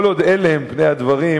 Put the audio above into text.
כל עוד אלה הם פני הדברים,